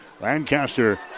Lancaster